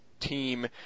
team